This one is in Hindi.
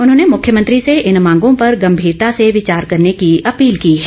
उन्होंने मुख्यमंत्री से इन मांगों पर गंभीरता से विचार करने की अपील की है